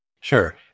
Sure